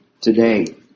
today